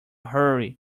hurry